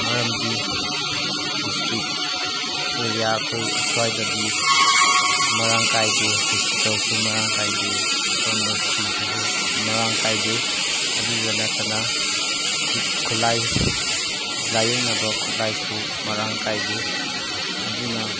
ꯃꯔꯝꯗꯤ district area ꯑꯩꯈꯣꯏ ꯑꯁ꯭ꯋꯥꯏꯗꯗꯤ ꯃꯔꯥꯡ ꯀꯥꯏꯗꯦ ꯍꯣꯁꯄꯤꯇꯥꯜꯁꯨ ꯃꯔꯥꯡ ꯀꯥꯏꯗꯦ ꯐꯥꯔꯃꯥꯁꯤꯁꯤꯁꯨ ꯃꯔꯥꯡ ꯀꯥꯏꯗꯦ ꯑꯗꯨꯇ ꯅꯠꯇꯅ ꯈꯨꯠꯂꯥꯏ ꯂꯥꯏꯌꯦꯡꯅꯕ ꯈꯨꯠꯂꯥꯏꯁꯨ ꯃꯔꯥꯡ ꯀꯥꯏꯗꯦ ꯑꯗꯨꯅ